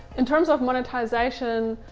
in terms of monetization,